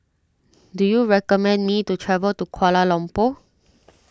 do you recommend me to travel to Kuala Lumpur